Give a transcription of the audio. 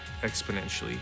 exponentially